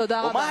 תודה רבה.